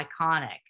iconic